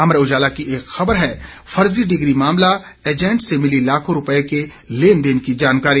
अमर उजाला की एक खब़र है फर्जी डिग्री मामला एजेंट से मिली लाखों रुपये के लेनदेन की जानकारी